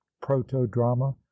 proto-drama